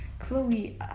Chloe